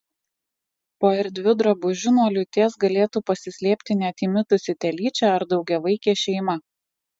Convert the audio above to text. po erdviu drabužiu nuo liūties galėtų pasislėpti net įmitusi telyčia ar daugiavaikė šeima